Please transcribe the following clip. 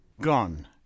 gone